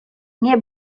nie